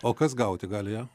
o kas gauti gali ją